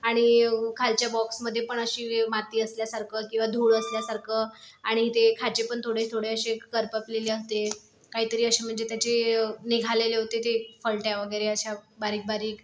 आणि खालच्या बॉक्समध्ये पण अशी माती असल्यासारखं किंवा धूळ असल्यासारखं आणि ते खाचे पण थोडे थोडे असे करपपलेले होते काहीतरी असे म्हणजे त्याचे निघालेले होते ते फलट्या वगैरे अशा बारीकबारीक